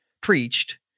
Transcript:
preached